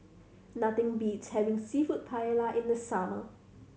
nothing beats having Seafood Paella in the summer